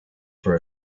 for